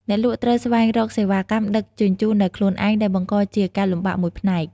អ្នកលក់ត្រូវស្វែងរកសេវាកម្មដឹកជញ្ជូនដោយខ្លួនឯង ដែលបង្កជាការលំបាកមួយផ្នែក។